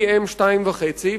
2.5PM,